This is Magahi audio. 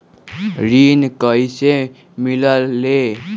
ऋण कईसे मिलल ले?